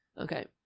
Okay